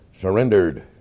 surrendered